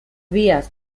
vías